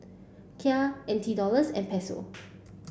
Kyat N T Dollars and Peso